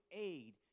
aid